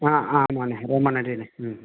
ஆ ஆமாண்ணா ரொம்ப நன்றிண்ணா ம்